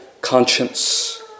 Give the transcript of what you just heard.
conscience